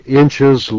inches